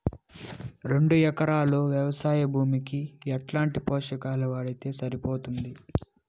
రెండు ఎకరాలు వ్వవసాయ భూమికి ఎట్లాంటి పోషకాలు వాడితే సరిపోతుంది?